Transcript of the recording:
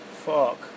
Fuck